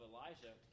Elijah